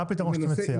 מה הפתרון שאתה מציע?